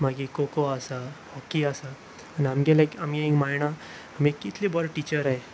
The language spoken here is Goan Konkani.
मागीर खो खो आसा हॉकी आसा आनी आमचे लायक आमी हांगा मायणा आमी कितले बरो टिचर आसात